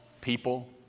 people